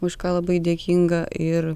už ką labai dėkinga ir